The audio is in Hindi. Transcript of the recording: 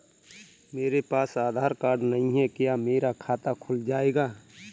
मेरे पास आधार कार्ड नहीं है क्या मेरा खाता खुल जाएगा?